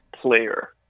player